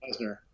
Lesnar